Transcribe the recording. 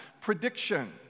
prediction